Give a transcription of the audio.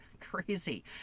crazy